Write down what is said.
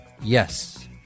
Yes